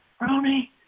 Ronnie